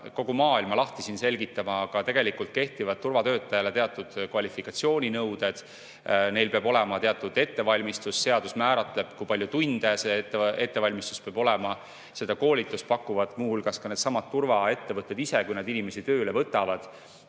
kogu maailma siin lahti selgitama –, aga tegelikult kehtivad turvatöötajatele teatud kvalifikatsiooninõuded, neil peab olema teatud ettevalmistus, seadus määratleb, kui palju tunde see ettevalmistus peab olema. Seda koolitust pakuvad muu hulgas needsamad turvaettevõtted ise, kui nad inimesi tööle võtavad.